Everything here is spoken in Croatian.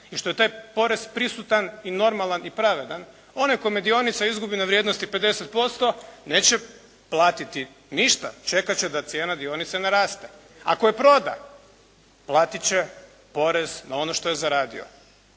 i što je taj porez prisutan i normalan i pravedan. Onaj kome dionica izgubi na vrijednosti 50%, neće platiti ništa, čekat će da cijena dionice naraste. Ako je proda, platit će porez na ono što je zaradio.